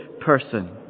person